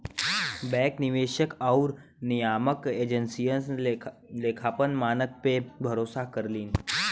bank निवेशक आउर नियामक एजेंसियन लेखांकन मानक पे भरोसा करलीन